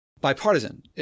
bipartisan